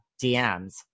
DMs